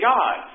God